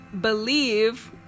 believe